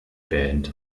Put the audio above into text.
band